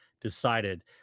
decided